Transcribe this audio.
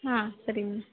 ಹಾಂ ಸರಿ ಮೇಮ್